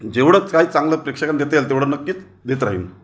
जेवढंच काही चांगलं प्रेक्षकांना देता येईल तेवढं नक्कीच देत राहील